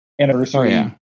anniversary